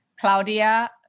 Claudia